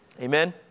Amen